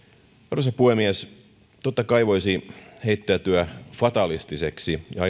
arvoisa puhemies totta kai voisi heittäytyä fatalistiseksi ja